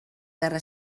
guerra